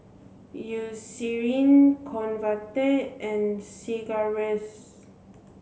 Eucerin Convatec and Sigvaris